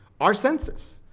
our census,